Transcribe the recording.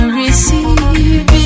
receive